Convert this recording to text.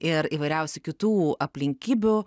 ir įvairiausių kitų aplinkybių